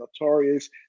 Notorious